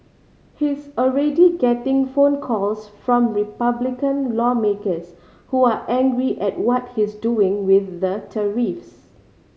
he's already getting phone calls from Republican lawmakers who are angry at what he's doing with the tariffs